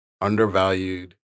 undervalued